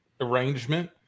arrangement